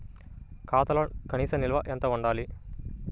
ఖాతాలో కనీస నిల్వ ఎంత ఉండాలి?